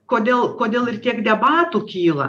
kodėl kodėl ir tiek debatų kyla